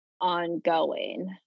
ongoing